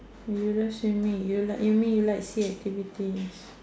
you love swimming you like you mean you like sea activities